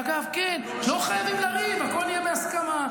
אגב, כן, לא חייבים לריב, הכול יהיה בהסכמה.